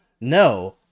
No